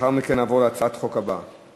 לאחר מכן נעבור להצעת החוק הבאה.